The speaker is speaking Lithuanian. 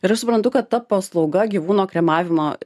ir aš suprantu kad ta paslauga gyvūno kremavimo